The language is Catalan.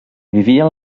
vivia